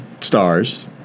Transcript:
stars